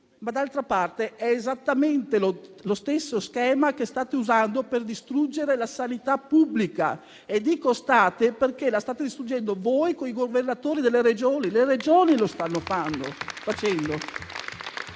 D'altra parte, è esattamente lo stesso schema che state usando per distruggere la sanità pubblica: dico «state», perché la state distruggendo voi, con i governatori delle Regioni. Le Regioni lo stanno facendo!